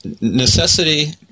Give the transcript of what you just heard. necessity